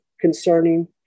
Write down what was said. concerning